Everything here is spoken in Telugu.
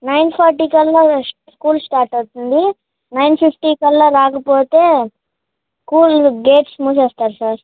నైన్ ఫార్టీ కల్లా స్కూల్ స్టార్ట్ అవుతుంది నైన్ ఫిఫ్టీ కల్లా రాకపోతే స్కూల్ గేట్స్ మూసేస్తారు సార్